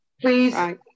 Please